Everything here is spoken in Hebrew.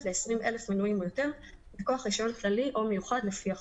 ל-20,000 מנויים או יותר מכוח רישיון כללי או מיוחד לפי החוק.